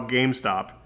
GameStop